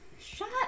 Shut